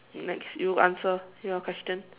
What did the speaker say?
next you answer your question